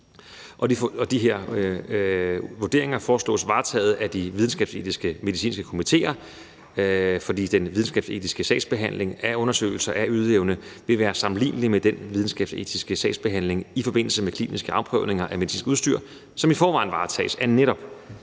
De her vurderinger foreslås varetaget af de videnskabsetiske medicinske komitéer, fordi den videnskabsetiske sagsbehandling af undersøgelser af ydeevne vil være sammenlignelig med den videnskabsetiske sagsbehandling i forbindelse med kliniske afprøvninger af medicinsk udstyr, som i forvejen varetages af netop